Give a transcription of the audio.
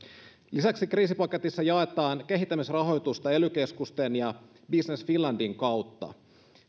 lisäksi kriisipaketissa jaetaan kehittämisrahoitusta ely keskusten ja business finlandin kautta